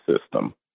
system